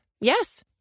Yes